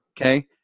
Okay